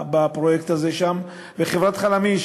בפרויקט הזה שם, וחברת "חלמיש",